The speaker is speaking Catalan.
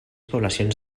poblacions